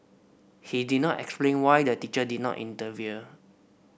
he did not explain why the teacher did not intervene